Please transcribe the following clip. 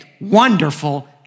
Wonderful